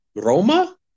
Roma